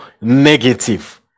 negative